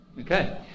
Okay